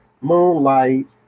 moonlight